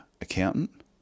accountant